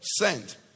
Sent